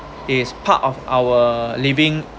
is part of our living